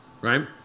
right